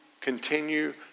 continue